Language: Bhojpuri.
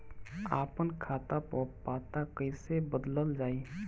आपन खाता पर पता कईसे बदलल जाई?